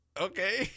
okay